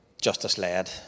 justice-led